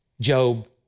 Job